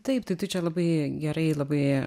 taip tai tu čia labai gerai labai